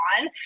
on